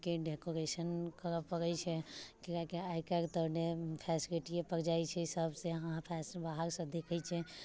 के डेकोरेशन करऽ पड़ैत छै किएकि आइ कल्हि तऽ ने फेसिलिटिये पर जाइत छै सभसे अहाँ फै बाहरसँ देखैत छै